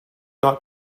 not